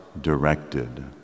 directed